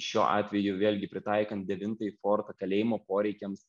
šiuo atveju vėlgi pritaikant devintąjį fortą kalėjimo poreikiams